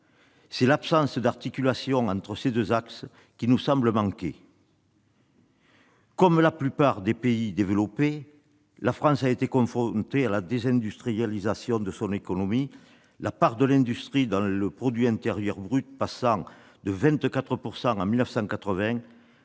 C'est l'absence d'articulation entre ces deux axes qui nous semble constituer un manque. Comme la plupart des pays développés, la France a été confrontée à la désindustrialisation de son économie, la part de l'industrie dans le produit intérieur brut étant passée de 24 % en 1980